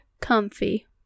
comfy